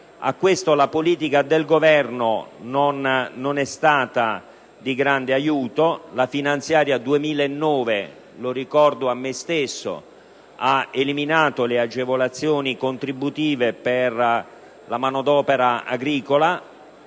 A questo la politica del Governo non è stata di grande aiuto. La finanziaria 2009, lo ricordo a me stesso, ha eliminato le agevolazioni contributive per la manodopera agricola.